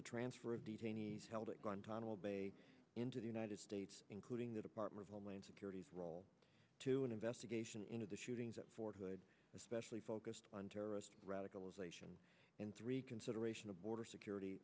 the transfer of detainees held at guantanamo bay into the united states including the department of homeland security's role to an investigation into the shootings at fort hood especially focused on terrorist radicalization and three consideration of border security